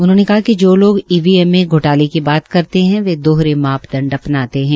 उन्होंने कहा कि जो लोग ईवीएम मे घोटाले की बात करते है वे दोहरे मापदंड अपनाते है